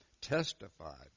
testified